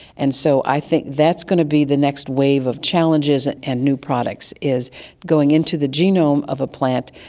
and so i think that's going to be the next wave of challenges and new products is going into the genome of a plant,